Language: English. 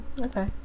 okay